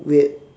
weird